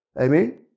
Amen